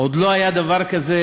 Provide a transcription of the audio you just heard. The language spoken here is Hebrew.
עוד לא היה דבר כזה